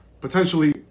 potentially